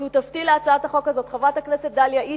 שותפתי להצעת החוק הזאת חברת הכנסת דליה איציק,